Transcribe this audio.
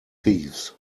thieves